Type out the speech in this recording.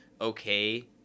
okay